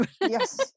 yes